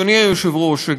אדוני היושב-ראש,